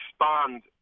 respond